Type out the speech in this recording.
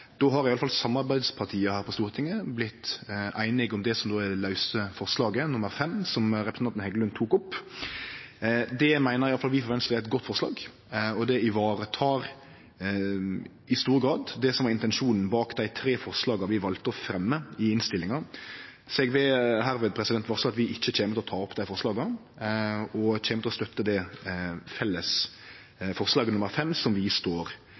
då har i alle fall samarbeidspartia på Stortinget vorte einige om det som er det lause forslaget, nr. 5, som representanten Heggelund tok opp. Det meiner i alle fall vi frå Venstre er eit godt forslag, og det tek i stor grad vare på det som var intensjonen bak dei tre forslaga vi valde å fremje i innstillinga. Så eg vil med dette varsle om at vi ikkje kjem til å ta opp dei forslaga, og at vi kjem til å støtte det felles forslaget, nr. 5, som vi står